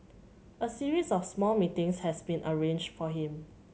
a series of small meetings has been arranged for him